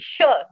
Sure